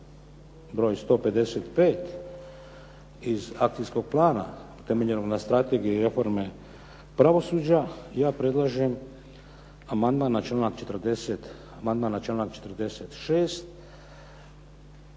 broj 155. iz akcijskog plana temeljeno na Strategiji reforme pravosuđa, ja predlažem amandman na članak 46.